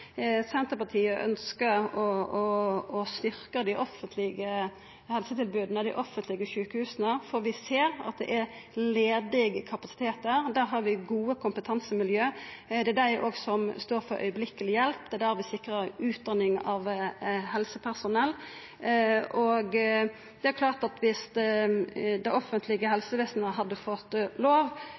Senterpartiet ønskjer å styrkja dei offentlege helsetilboda, dei offentlege sjukehusa, for vi ser at det er ledig kapasitet der. Der har vi gode kompetansemiljø. Det er òg dei som står for akutt hjelp. Det er der vi sikrar utdanning av helsepersonell. Det er klart at dersom det offentlege helsevesenet hadde fått lov,